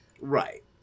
Right